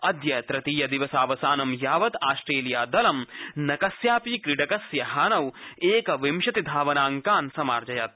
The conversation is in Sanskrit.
अद्य तृतीय दिवसावसानं यावत् आस्ट्रेलियादलं न कस्यापि क्रीडकस्य हानौ एकविंशति धावनाइकान् अर्जयत्